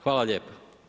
Hvala lijepo.